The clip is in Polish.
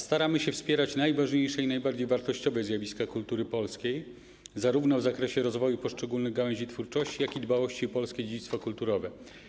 Staramy się wspierać najważniejsze i najbardziej wartościowe zjawiska kultury polskiej zarówno w zakresie rozwoju poszczególnych gałęzi twórczości, jak i dbałości o polskie dziedzictwo kulturowe.